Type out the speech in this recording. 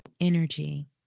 energy